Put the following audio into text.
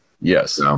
Yes